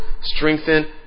strengthen